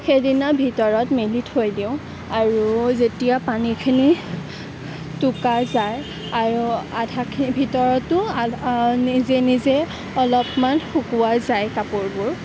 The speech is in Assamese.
সেইদিনা ভিতৰত মেলি থৈ দিওঁ আৰু যেতিয়া পানীখিনি টুকা যায় আৰু আধাখিন ভিতৰতো নিজে নিজে অলপমান শুকোৱা যায় কাপোৰবোৰ